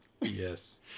Yes